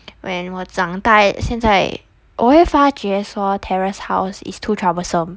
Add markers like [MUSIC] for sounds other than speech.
[NOISE] when 我长大现在我会发觉说 terrace house is too troublesome